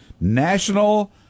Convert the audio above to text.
National